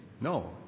no